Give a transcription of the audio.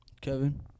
Kevin